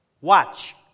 Watch